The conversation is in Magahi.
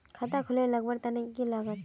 खाता खोले लगवार तने की लागत?